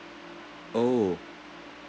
oh